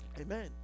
Amen